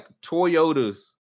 Toyotas